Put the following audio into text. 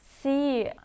see